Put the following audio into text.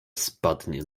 spadnie